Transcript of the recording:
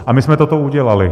A my jsme toto udělali.